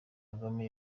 kagame